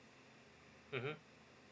mmhmm